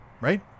Right